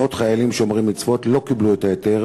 מאות חיילים שומרי מצוות לא קיבלו את ההיתר